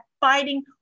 fighting